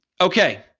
okay